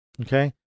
Okay